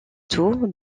tours